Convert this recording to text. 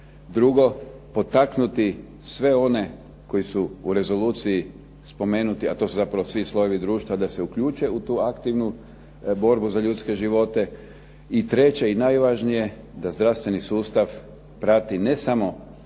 drugo potaknuti sve one koji su u rezoluciji spomenuti, a to su zapravo svi slojevi društva, da se uključe u tu aktivnu borbu za ljudske živote i treće i najvažnije da zdravstveni sustav prati ne samo